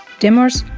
dimmers,